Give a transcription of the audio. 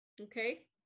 Okay